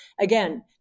again